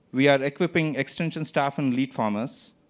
we are equipping extension staff and lead farmers